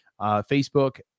Facebook